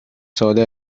ساله